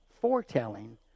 foretelling